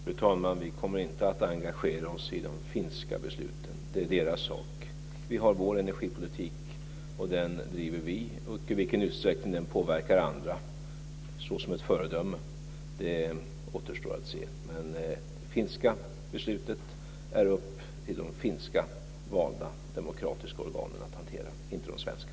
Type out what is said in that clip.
Fru talman! Vi kommer inte att engagera oss i de finska besluten. Det är deras sak. Vi har vår energipolitik, och den driver vi. I vilken utsträckning den påverkar andra såsom ett föredöme återstår att se. Det finska beslutet är upp till de finska valda demokratiska organen att hantera och inte de svenska.